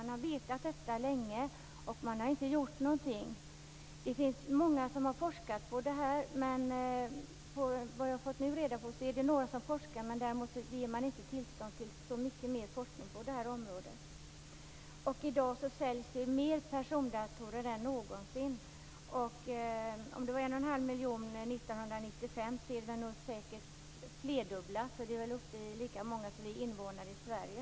Man har vetat detta länge, men man har inte gjort någonting. Det finns många som har forskat om det här. Efter vad jag har fått reda på finns det några som forskar nu, men man ger inte tillstånd till så mycket mer forskning på det här området. I dag säljs det fler persondatorer än någonsin. Om det var en och en halv miljon 1995 är det säkert det flerdubbla nu. Det är väl nästan lika många som vi är invånare i Sverige.